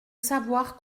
savoir